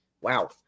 wow